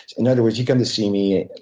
in other words, you come to see me,